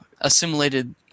assimilated